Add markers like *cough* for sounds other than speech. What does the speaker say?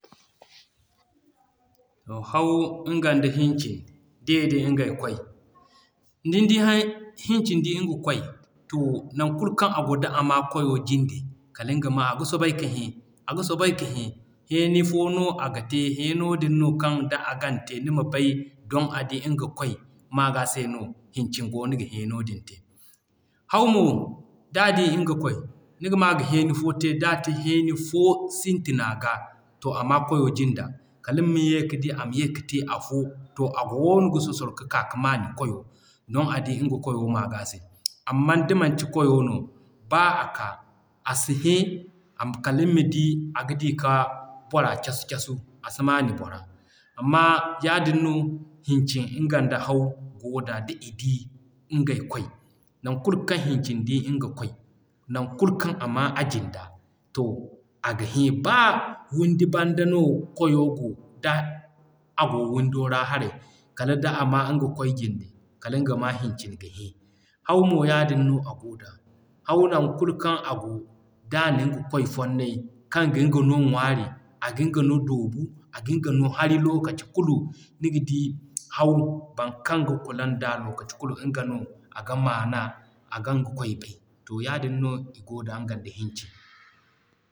Haw nga da Hincin d'i di ngey kwaay, *unintelligible* Hincin di nga kwaay to non kulu kaŋ ago d'a ma kwayo jinde kaliŋ ga maa aga soobay ka hẽ, aga soobay ka hẽ, hẽeni foo noo aga te hẽeno din no kaŋ d'a gan te nima bay don a di nga kwaay m'a g'a se no Hincin goono ga hẽeno din te. Haw mo, d'a di nga kwaay, niga maa aga hẽeni fo te d'a te hẽeni fo sintina ga, to a maa kwayo jinda, kaliŋ ma ye ka di ama ye ka te afo. To a goono ka sosoro ka ka ka maanu kwayo don a di nga kwayo maa gaa se. Amman da manci kwayo no, baa a ka, a si hẽ, kaliŋ ma di aga di ka boora casu casu a si maanu bora. Amma yaadin no Hincin nga da Haw goo da. Da i di ngey kwaay, non kulu kaŋ Hincin di nga kwaay, non kulu kaŋ a maa a jinda to aga hẽ b'a windi banda no kwayo go, d'a goo windo ra haray kala d'a maa nga kwaay jinde, kaliŋ ga maa Hincin ga hẽ. Haw mo yaadin no agoo da, Haw non kulu kaŋ a goo d'a na nga kwaay fonnay kaŋ giŋ ga noo ŋwaari, a giŋ ga noo doobu, a giŋ ga noo hari lokaci kulu. Niga di Haw baŋ kaŋ ga kulan da lokaci kulu nga no aga maana, a gaŋ kwaay bay. To yaadin no i goo da nga da Hincin.